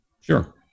Sure